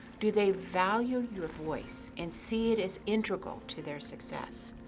do they value your voice and see it as integral to their success?